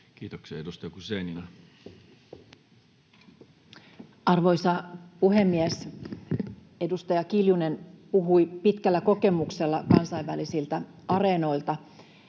Time: 14:15 Content: Arvoisa puhemies! Edustaja Kiljunen puhui pitkällä kokemuksella kansainvälisiltä areenoilta